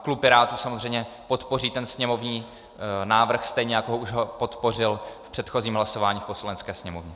Klub Pirátů samozřejmě podpoří sněmovní návrh, stejně jako už ho podpořil v předchozím hlasování v Poslanecké sněmovně.